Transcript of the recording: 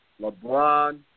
LeBron